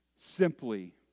Simply